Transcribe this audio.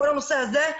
כל הנושא הזה,